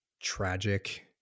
tragic